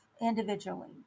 individually